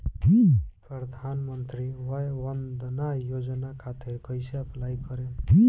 प्रधानमंत्री वय वन्द ना योजना खातिर कइसे अप्लाई करेम?